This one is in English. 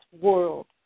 world